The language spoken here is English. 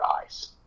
eyes